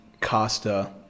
Costa